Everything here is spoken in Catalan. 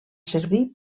servir